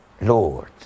Lord